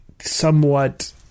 somewhat